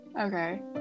okay